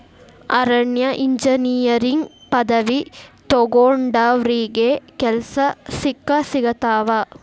ಅರಣ್ಯ ಇಂಜಿನಿಯರಿಂಗ್ ಪದವಿ ತೊಗೊಂಡಾವ್ರಿಗೆ ಕೆಲ್ಸಾ ಸಿಕ್ಕಸಿಗತಾವ